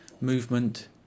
movement